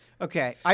Okay